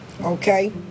Okay